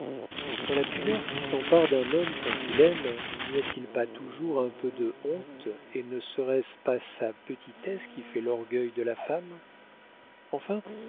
dans la pudeur qui s'empare d'un homme quand il aime n'y a-t-il pas toujours un peu de honte et ne serait-ce pas sa petitesse qui fait l'orgueil de la femme enfin